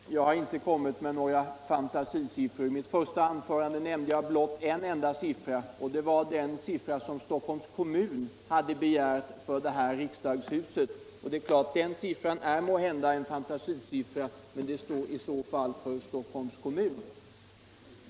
Fru talman! Nej, herr Löfgren, jag har inte kommit med några fantasisiffror. I mitt första anförande åberopade jag blott en enda siffra, nämligen den summa som Stockholms kommun hade begärt i köpeskilling för det hus där vi nu befinner oss. Den siffran är måhända cen fantasisiffra, men den står i så fall Stockholms kommun för.